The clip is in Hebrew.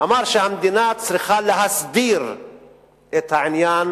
אמר שהמדינה צריכה להסדיר את העניין